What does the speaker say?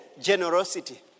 generosity